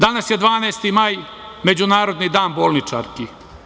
Danas je 12. maj, Međunarodni dan bolničarki.